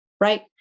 right